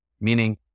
meaning